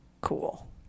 cool